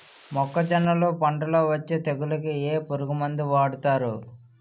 మొక్కజొన్నలు పంట లొ వచ్చే తెగులకి ఏ పురుగు మందు వాడతారు?